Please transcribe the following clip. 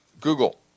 Google